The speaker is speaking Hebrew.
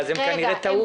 אז הם כנראה טעו בזה.